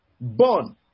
Born